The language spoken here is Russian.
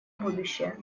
будущее